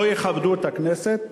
לא יכבדו את הכנסת,